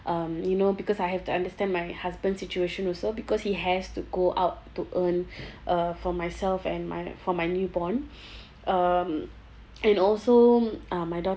um you know because I have to understand my husband situation also because he has to go out to earn uh for myself and my for my newborn um and also uh my daughter